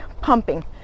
pumping